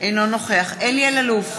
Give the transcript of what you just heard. אינו נוכח אלי אלאלוף,